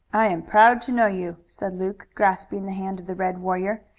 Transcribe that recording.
i am proud to know you, said luke, grasping the hand of the red warrior.